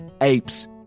apes